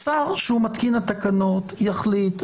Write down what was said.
השר שהוא מתקין התקנות יחליט.